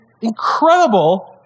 incredible